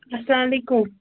السلام علیکُم